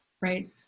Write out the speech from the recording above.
right